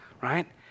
right